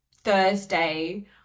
Thursday